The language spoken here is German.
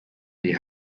die